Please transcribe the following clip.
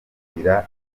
kugira